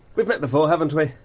we've met before haven't we?